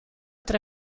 tre